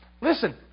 listen